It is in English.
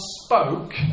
spoke